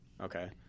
Okay